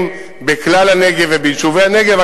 תחבורתיים בכלל הנגב וביישובי הנגב.